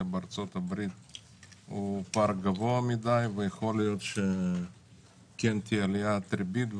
בארצות הברית הוא פער גבוה מדי ויכול להיות שכן תהיה עליית ריבית,